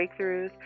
Breakthroughs